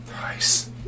nice